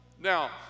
Now